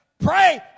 Pray